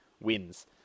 wins